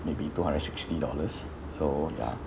maybe two hundred sixty dollars so ya